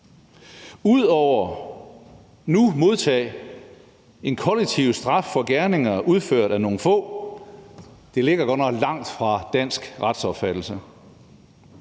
nu modtage en kollektiv straf for gerninger udført af nogle få? Det ligger godt nok langt fra dansk retsopfattelse.